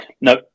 No